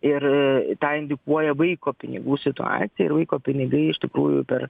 ir tą indikuoja vaiko pinigų situacija ir vaiko pinigai iš tikrųjų per